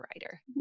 writer